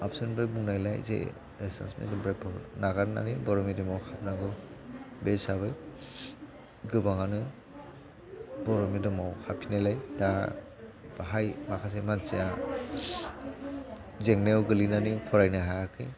आबसुनिफ्राय बुंनायलाय जे एसामिस मिडियाम नागारनानै बर' मिडियामआव हाबनांगौ बे हिसाबै गोबांआनो बर' मिडियामाव हाबफिननायलाय दा बाहाय माखासे मानसिया जेंनायाव गोग्लैनानै फरायनो हायाखै